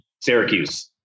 Syracuse